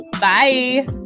Bye